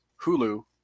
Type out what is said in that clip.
Hulu